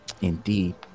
Indeed